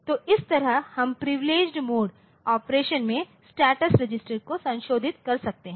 तो इस तरह हम प्रिविलेजेड मोड ऑपरेशन में स्टेटस रजिस्टर को संशोधित कर सकते हैं